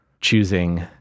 choosing